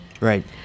right